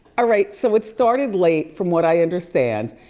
ah right, so it started late from what i understand,